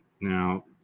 Now